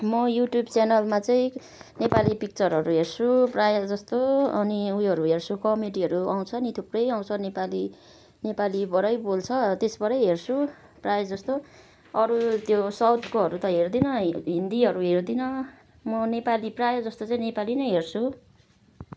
म युट्युब च्यानलमा चाहिँ नेपाली पिक्चरहरू हेर्छु प्राय जस्तो अनि उयोहरू हेर्छु कमेडीहरू आउँछ नि थुप्रै आँउछ नेपाली नेपालीबाटै बोल्छ त्यसबाटै हेर्छु प्राय जस्तो अरू त्यो साउथकोहरू त हेर्दिनँ हिन्दीहरू हेर्दिनँ म नेपाली प्राय जस्तो चाहिँ नेपाली नै हेर्छु